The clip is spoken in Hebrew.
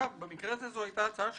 במקרה הזה זו הייתה הצעה שלכם.